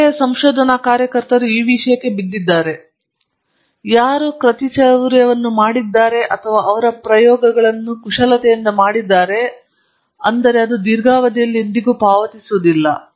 ಒಳ್ಳೆಯ ಸಂಶೋಧನಾ ಕಾರ್ಯಕರ್ತರು ಈ ವಿಷಯಕ್ಕೆ ಬಿದ್ದಿದ್ದಾರೆ ಯಾರು ಕೃತಿಚೌರ್ಯವನ್ನು ಮಾಡಿದ್ದಾರೆ ಅಥವಾ ಅವರ ಪ್ರಯೋಗಗಳನ್ನು ಕುಶಲತೆಯಿಂದ ಮಾಡಿದ್ದಾರೆ ಅಂದರೆ ಅದು ದೀರ್ಘಾವಧಿಯಲ್ಲಿ ಎಂದಿಗೂ ಪಾವತಿಸುವುದಿಲ್ಲ